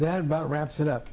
that about wraps it up